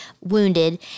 wounded